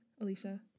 Alicia